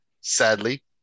sadly